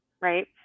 Right